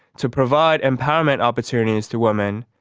to provide empowerment opportunities to women,